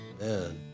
man